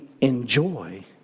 enjoy